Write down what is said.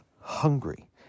hungry